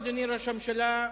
אדוני ראש הממשלה,